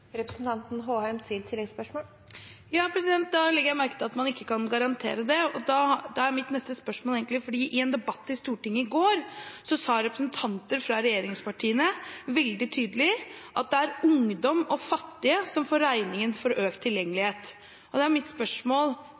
Da legger jeg merke til at man ikke kan garantere det. Mitt neste spørsmål kommer egentlig fordi representanter fra regjeringspartiene i en debatt i Stortinget i går veldig tydelig sa at det er ungdom og fattige som får regningen for økt tilgjengelighet. Da er mitt spørsmål: